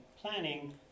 planning